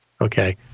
Okay